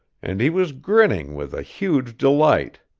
and he was grinning with a huge delight.